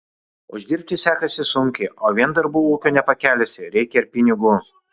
uždirbti sekasi sunkiai o vien darbu ūkio nepakelsi reikia ir pinigų